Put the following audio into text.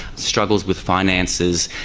struggles with finances,